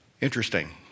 Interesting